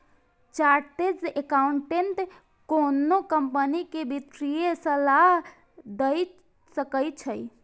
chartered accountant कोनो company कें वित्तीय सलाह दए सकै छै